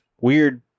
weird